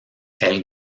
elle